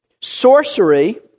sorcery